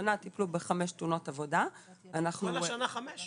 השנה טיפלו בחמש תאונות עבודה --- כל השנה חמש?